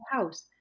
house